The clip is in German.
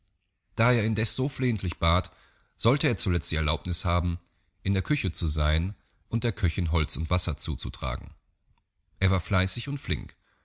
da er indeß so flehentlich bat sollte er zuletzt die erlaubniß haben in der küche zu sein und der köchinn holz und wasser zuzutragen er war fleißig und flink